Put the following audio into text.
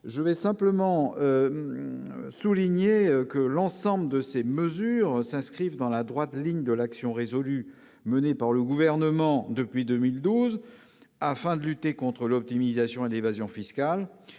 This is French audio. de l'accord, je soulignerai que l'ensemble de ces mesures s'inscrit dans la droite ligne de l'action résolue menée par le Gouvernement depuis 2012 afin de lutter contre l'optimisation et l'évasion fiscales.